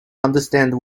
understand